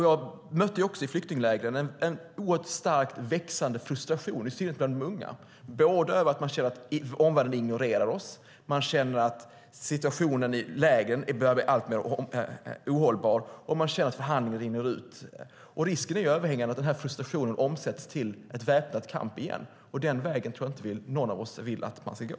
Jag mötte i flyktinglägren en oerhört starkt växande frustration, i synnerhet bland de unga, över att de känner att omvärlden ignorerar dem, känner att situationen i lägren börjar bli alltmer ohållbar och känner att förhandlingarna håller på att rinna ut. Risken är överhängande att den frustrationen omsätts till en väpnad kamp igen. Men den vägen tror jag inte att någon av oss vill att man ska gå.